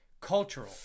cultural